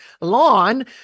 lawn